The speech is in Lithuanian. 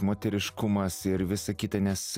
moteriškumas ir visa kita nes